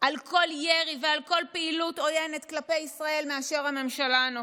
על כל ירי ועל כל פעילות עוינת כלפי ישראל מאשר הממשלה הנוכחית.